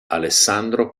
alessandro